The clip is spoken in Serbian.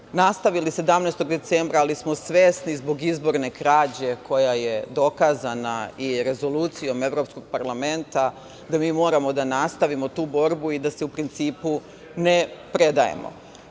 nastavili 17. decembra, ali smo svesni zbog izborne krađe, koja je dokazana i rezolucijom Evropskog parlamenta, da mi moramo da nastavimo tu borbu i da se u principu ne predajemo. Dakle,